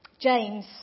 James